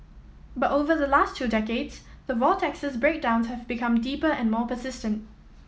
but over the last two decades the vortex's breakdowns have become deeper and more persistent